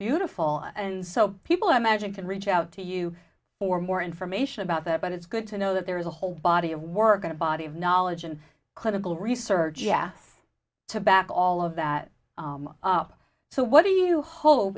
beautiful and so people imagine can reach out to you for more information about that but it's good to know that there is a whole body of work in a body of knowledge and clinical research yes to back all of that up so what do you hope